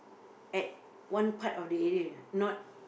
at one part of the area not